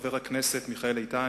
חבר הכנסת מיכאל איתן,